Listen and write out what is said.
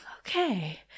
Okay